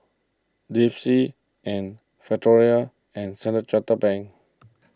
Delsey and Factorie and Standard Chartered Bank